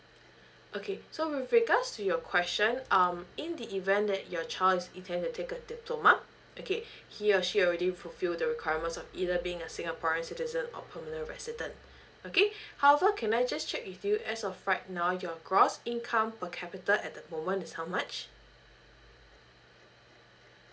okay so with regards to your question um in the event that your child is intend to take a diploma okay he or she already fulfil the requirement of either being a singaporean citizen or permanent resident okay however can I just check with you as of right now your gross income per capita at the moment is how much